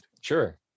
sure